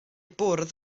bwrdd